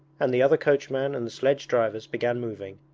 and the other coachman and the sledge-drivers began moving,